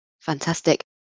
Fantastic